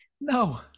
No